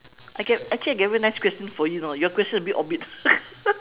I get actually I get very nice question for you know your question a bit off beat